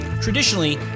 Traditionally